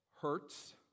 hurts